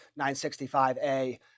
965A